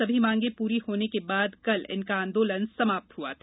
सभी मांगे पूरी होने के बाद कल इनका आंदोलन समाप्त हुआ था